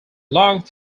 long